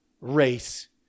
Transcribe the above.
race